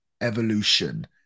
evolution